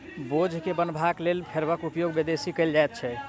बोझ के बन्हबाक लेल रैपरक उपयोग विदेश मे कयल जाइत छै